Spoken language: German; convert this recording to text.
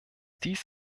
dies